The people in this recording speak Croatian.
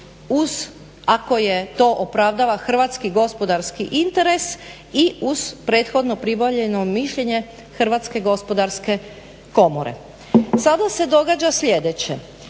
uz ako je to opravdava hrvatski gospodarski interes i uz prethodno pribavljeno mišljenje HGK-a. Sada se događa sljedeće